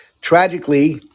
Tragically